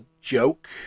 joke